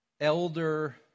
elder